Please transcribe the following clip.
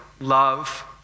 love